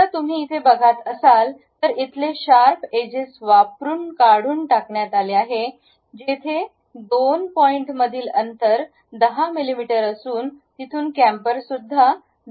आता तुम्ही इथे बघत असाल तर इथले शार्प एजेस वापरून काढून टाकण्यात आले आहे जेथे दोन पॉईंट मधले अंतर10mm असून तिथून कॅम्फर सुद्धा 10mm आहे